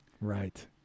Right